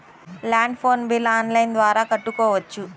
Land phone bill online ద్వారా కట్టుకోవచ్చు?